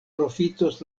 profitos